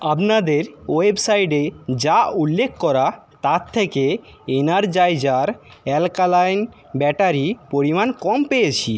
আপনাদের ওয়েবসাইটে যা উল্লেখ করা তার থেকে এনারজাইজার অ্যালকালাইন ব্যাটারি পরিমাণ কম পেয়েছি